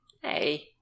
Hey